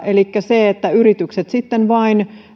elikkä se että yritykset